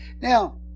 Now